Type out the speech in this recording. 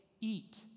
eat